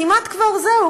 כמעט כבר זהו,